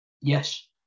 Yes